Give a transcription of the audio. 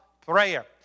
prayer